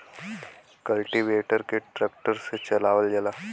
cultivator के tractor से चलावल जाला